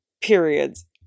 periods